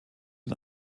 und